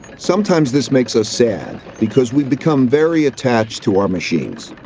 sometimes this makes us sad, because we become very attached to our machines.